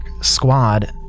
squad